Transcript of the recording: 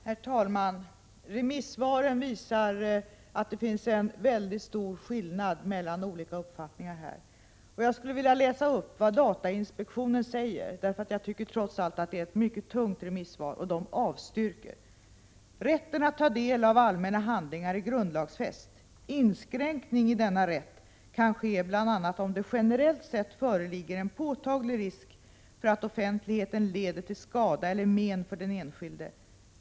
Herr talman! Remissvaren visar att det finns en stor skillnad mellan uppfattningarna i denna fråga. Jag vill läsa upp vad datainspektionen säger, för det är trots allt ett mycket tungt remissvar. Datainspektionen avstyrker förslaget. ”Rätten att ta del av allmänna handlingar är grundlagsfäst. Inskränkning i denna rätt kan ske bl.a. om det generellt sett föreligger en påtaglig risk för att offentligheten leder till skada eller men för den enskilde.